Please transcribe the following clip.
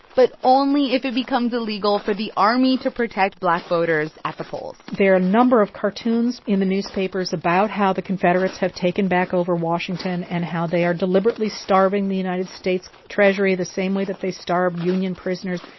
but only if it becomes illegal for the army to protect black voters at the polls there are a number of cartoons in the newspapers about how the confederates have taken back over washington and how they are deliberately starving the united states treasury the same way that they starved union prisoners.